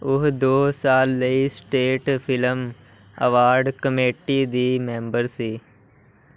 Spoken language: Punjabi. ਉਹ ਦੋ ਸਾਲ ਲਈ ਸਟੇਟ ਫਿਲਮ ਅਵਾਰਡ ਕਮੇਟੀ ਦੀ ਮੈਂਬਰ ਸੀ